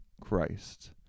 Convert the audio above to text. Christ